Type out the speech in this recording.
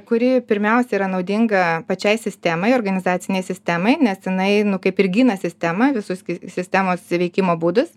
kuri pirmiausia yra naudinga pačiai sistemai organizacinei sistemai nes jinai nu kai ir gina sistemą visus sistemos įveikimo būdus